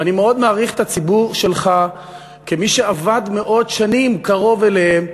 ואני מאוד מעריך את הציבור שלך כמי שעבד שנים קרוב אליהם,